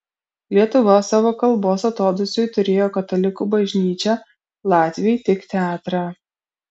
lietuva savo kalbos atodūsiui turėjo katalikų bažnyčią latviai tik teatrą